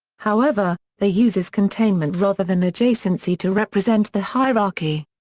however, they uses containment rather than adjacency to represent the hierarchy.